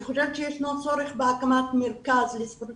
אני חושבת שיש צורך בהקמת מרכז לספרות